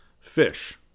Fish